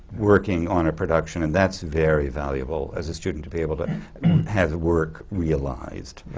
working on a production. and that's very valuable as a student to be able to have work realized.